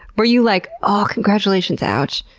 were you like, oh, congratulations. ouch.